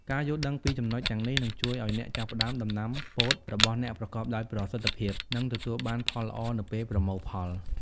ការយល់ដឹងពីចំណុចទាំងនេះនឹងជួយឱ្យអ្នកចាប់ផ្ដើមដំណាំពោតរបស់អ្នកប្រកបដោយប្រសិទ្ធភាព និងទទួលបានផលល្អនៅពេលប្រមូលផល។